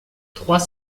trois